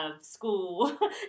school